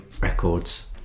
records